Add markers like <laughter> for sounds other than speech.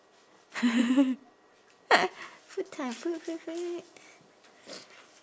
<noise> food time food food food